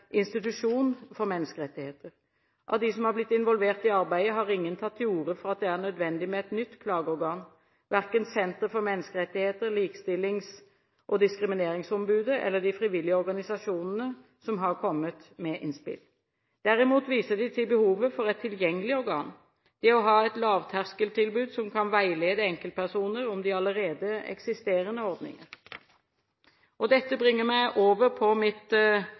institusjon for menneskerettigheter. Av dem som har blitt involvert i arbeidet, har ingen tatt til orde for at det er nødvendig med et nytt klageorgan – verken Norsk senter for menneskerettigheter, Likestillings- og diskrimineringsombudet eller de frivillige organisasjonene, som har kommet med innspill. Derimot viser de til behovet for et tilgjengelig organ: det å ha et lavterskeltilbud som kan veilede enkeltpersoner om de allerede eksisterende ordninger. Dette bringer meg over til mitt